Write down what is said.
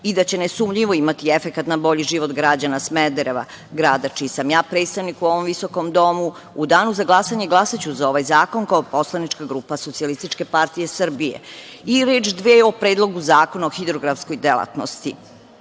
i da će nesumnjivo imati efekat na bolji život građana Smedereva, grada čiji sam ja predstavnik u ovom visokom domu, u danu za glasanje glasaću za ovaj zakon, kao poslanička grupa SPS.Eeč, dve o Predlogu zakona o hidrografskoj delatnosti.